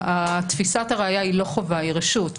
תפיסת הראיה היא לא חובה אלא היא רשות.